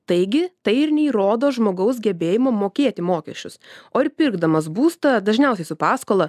taigi tai ir neįrodo žmogaus gebėjimo mokėti mokesčius o ir pirkdamas būstą dažniausiai su paskola